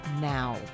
now